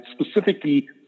specifically